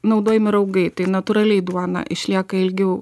naudojami raugai tai natūraliai duona išlieka ilgiau